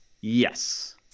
Yes